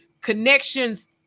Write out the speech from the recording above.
Connections